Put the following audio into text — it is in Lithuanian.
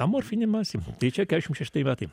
amorfinė masė tai čia keturiasdešimt šeštieji metai